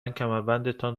کمربندتان